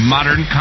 Modern